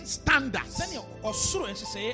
standards